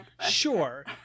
Sure